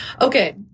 Okay